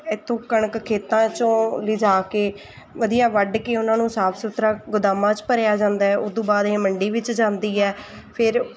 ਇੱਥੋਂ ਕਣਕ ਖੇਤਾਂ 'ਚੋਂ ਲਿਜਾ ਕੇ ਵਧੀਆ ਵੱਢ ਕੇ ਉਹਨਾਂ ਨੂੰ ਸਾਫ਼ ਸੁਥਰਾ ਗੋਦਾਮਾਂ 'ਚ ਭਰਿਆ ਜਾਂਦਾ ਉਹ ਤੋਂ ਬਾਅਦ ਇਹ ਮੰਡੀ ਵਿੱਚ ਜਾਂਦੀ ਹੈ ਫਿਰ